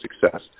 success